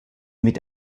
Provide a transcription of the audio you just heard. mit